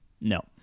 No